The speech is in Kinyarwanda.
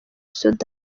sudani